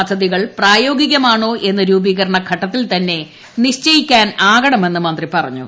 പദ്ധതികൾ പ്രായോഗികമാണോ എന്ന് രൂപീകരണ ഘട്ടത്തിൽ തന്നെ നിശ്ചയിക്കാനാകണമെന്ന് മന്ത്രി പറഞ്ഞു